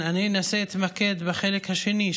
אני אנסה להתמקד בחלק השני,